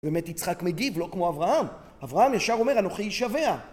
באמת, יצחק מגיב, לא כמו אברהם. אברהם ישר אומר, אנוכי אשבע.